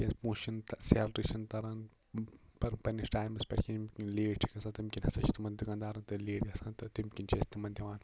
کیازِ پۄنٛسہ چھِنہٕ سیلری چھنہٕ تَران پَتہٕ پَننِس ٹایمَس پٮ۪ٹھ کیٚنٛہہ ییٚمہ کِنۍ لیٹ چھِ گَژھان تمہِ کِنۍ ہَسا چھِ تمَن دُکاندارَن تہِ لیٹ گَژھان تہٕ تمہِ کِنۍ ہسا چھِ أسۍ تِمَن دِوان